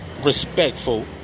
respectful